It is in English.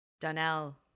Donnell